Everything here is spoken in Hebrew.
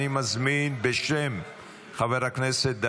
אני מזמין את חבר הכנסת סימון מושיאשוילי,